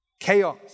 Chaos